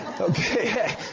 Okay